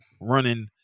running